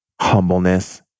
Humbleness